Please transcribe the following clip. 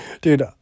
dude